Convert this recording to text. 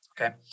okay